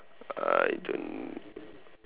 I don't